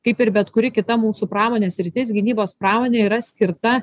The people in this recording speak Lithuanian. kaip ir bet kuri kita mūsų pramonės sritis gynybos pramonė yra skirta